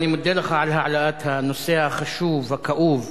אני מודה לך על העלאת הנושא החשוב, הכאוב,